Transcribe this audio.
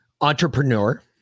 entrepreneur